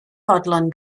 fodlon